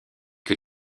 que